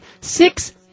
six